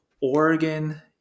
Oregon